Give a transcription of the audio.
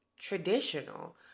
traditional